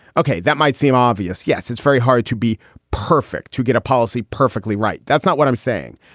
ok. that might seem obvious. yes, it's very hard to be perfect to get a policy perfectly right. that's not what i'm saying.